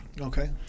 Okay